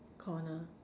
corner